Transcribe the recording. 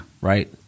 Right